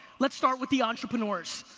let's start with the entrepreneurs.